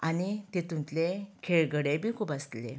आनी तेतूंतले खेळगडे बी खूब आसलें